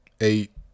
eight